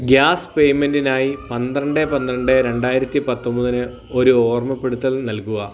gas പേയ്മന്റിനായി പന്ത്രണ്ട് പന്ത്രണ്ട് രണ്ടായിരത്തി പത്തൊൻപതിന് ഒരു ഓർമ്മപ്പെടുത്തൽ നൽകുക